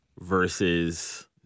versus